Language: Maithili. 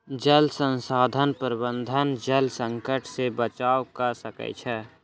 जल संसाधन प्रबंधन जल संकट से बचाव कअ सकै छै